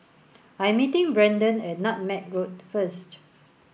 I am meeting Brendan at Nutmeg Road first